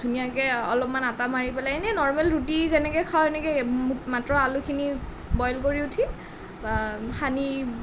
ধুনীয়াকৈ অলপমান আটা মাৰি পেলাই এনেই নৰ্মেল ৰুটি যেনেকৈ খাওঁ সেনেকেই মু মাত্ৰ আলুখিনি বইল কৰি উঠি সানি